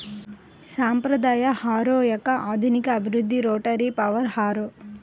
సాంప్రదాయ హారో యొక్క ఆధునిక అభివృద్ధి రోటరీ పవర్ హారో